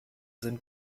sind